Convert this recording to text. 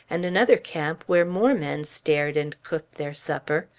and another camp where more men stared and cooked their supper,